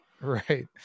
right